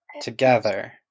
together